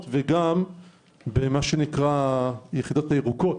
וגם במה שנקרא "היחידות הירוקות".